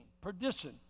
perdition